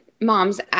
moms